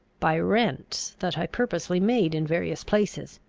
by rents that i purposely made in various places.